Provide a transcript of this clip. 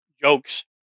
jokes